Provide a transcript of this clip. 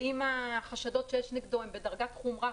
ואם החשדות שיש נגדו הם בדרגת חומרה